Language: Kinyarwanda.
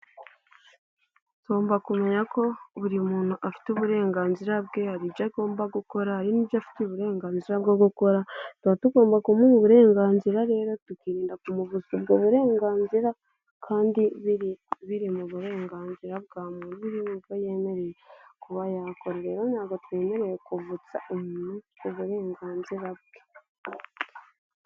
Tugomba kumenya ko buri muntu afite uburenganzira bwe. Hari ibyo agomba gukora hari n'ibyo afiteye uburenganzira bwo gukora. Tuba tugomba kumuha uburenganzira rero tukirinda kumuvutsa ubwo burenganzira kandi biri mu burenganzira bwa muntu, ni bireba ibyo yemereye kuba yakora. Ntabwo twemerewe kuvutsa umuntu uburenganzira bwe.